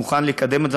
הוא מוכן לקדם את זה.